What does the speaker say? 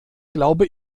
glaube